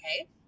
okay